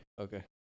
Okay